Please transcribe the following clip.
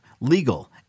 legal